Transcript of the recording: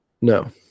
no